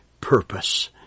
purpose